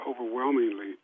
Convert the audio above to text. overwhelmingly